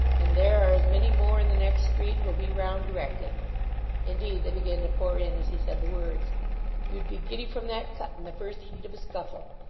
and there are as many more in the next street, who'll be round directly indeed they began to pour in as he said the words you'd be giddy from that cut, in the first heat of a scuffle.